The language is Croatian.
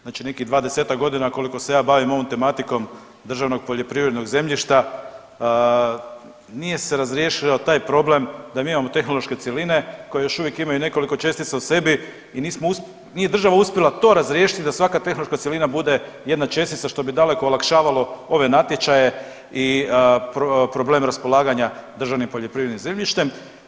Znači nekih dvadesetak godina koliko se ja bavim ovom tematikom državnog poljoprivrednog zemljišta nije se razriješio taj problem da mi imamo tehnološke cjeline koje još uvijek imaju nekoliko čestica u sebi i nije država uspjela to razriješiti da svaka tehnološka cjelina bude jedna čestica što bi daleko olakšavalo ove natječaje i problem raspolaganja državnim poljoprivrednim zemljištem.